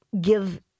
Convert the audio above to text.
give